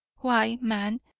why, man,